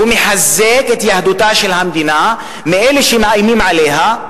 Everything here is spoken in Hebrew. הוא מחזק את יהדותה של המדינה מפני אלה שמאיימים עליה,